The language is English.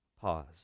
pause